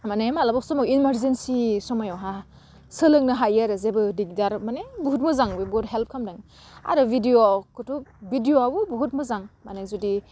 माने मालाबा समाव इमारजेन्सि समायआवहा सोलोंनो हायो आरो जेबो दिगदार माने बुहुथ मोजां बुहुथ हेल्प खामदों आरो भिडिअखौथ' भिडिअआबो बुहुथ मोजां माने जुदि